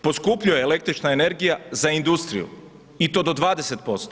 Poskupljuje električna energija za industriju i to do 20%